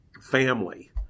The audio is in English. family